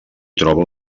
troba